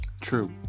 True